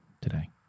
today